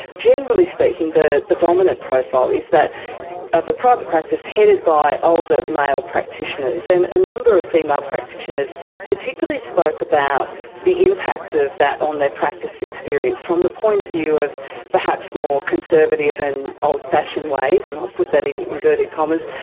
generally speaking the the dominant profile is that of a private practice headed by older male practitioners, and a number of female practitioners particularly spoke about the impact of that on their practice experience from the point of view of perhaps more conservative and old fashioned ways, and i'll put that in inverted commas.